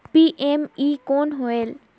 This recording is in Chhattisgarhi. पी.एम.ई कौन होयल?